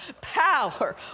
power